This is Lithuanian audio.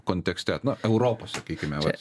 kontekste na europos sakykime